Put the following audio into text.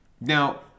Now